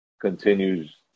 continues